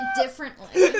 differently